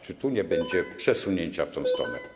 Czy tu nie będzie przesunięcia w tę stronę?